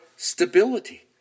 Stability